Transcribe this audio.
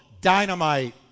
dynamite